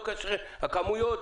את הכמויות,